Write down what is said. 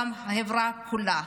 וגם של החברה כולה.